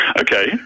Okay